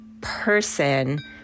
person